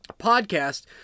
podcast